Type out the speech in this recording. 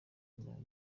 mirongo